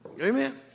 Amen